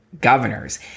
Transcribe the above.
governors